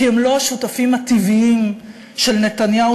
כי הם לא השותפים הטבעיים של נתניהו